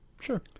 Sure